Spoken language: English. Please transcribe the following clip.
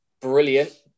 brilliant